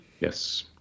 Yes